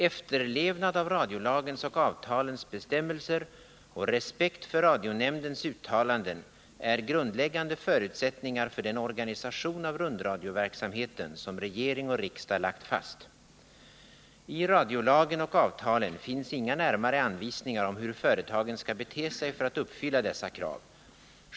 Efterlevnad av radiolagens och avtalens bestämmelser och respekt för 113 radionämndens uttalanden är grundläggande förutsättningar för den organisation av rundradioverksamheten som regering och riksdag lagt fast. I radiolagen och avtalen finns inga närmare anvisningar om hur företagen skall bete sig för att uppfylla dessa krav.